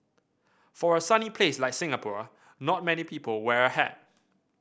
for a sunny place like Singapore not many people wear a hat